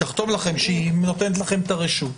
היא תחתום לכם שנותנת לכם את הרשות.